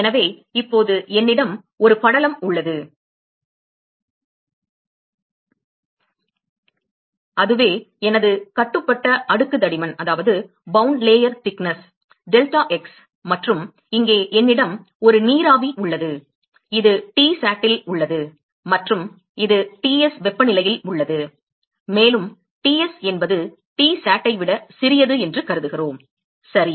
எனவே இப்போது என்னிடம் ஒரு படலம் உள்ளது அதுவே எனது கட்டுப்பட்ட அடுக்கு தடிமன் டெல்டா எக்ஸ் மற்றும் இங்கே என்னிடம் ஒரு நீராவி உள்ளது இது Tsat இல் உள்ளது மற்றும் இது Ts வெப்பநிலையில் உள்ளது மேலும் Ts என்பது Tsat ஐ விட சிறியது என்று கருதுகிறோம் சரி